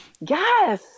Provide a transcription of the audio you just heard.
Yes